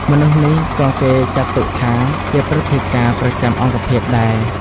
មនុស្សនេះក៏គេចាត់ទុកថាជា ព្រឹទ្ធាចារ្យប្រចាំអង្គភាព ដែរ។